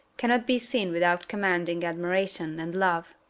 cannot be seen without commanding admiration and love.